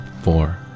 four